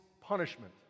punishment